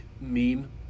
meme